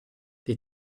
the